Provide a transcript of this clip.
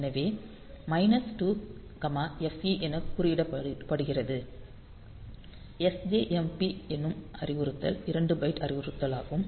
எனவே minus 2 FE என குறியிடப்படுகிறது sjmp என்னும் அறிவுறுத்தல் 2 பைட் அறிவுறுத்தலாகும்